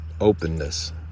openness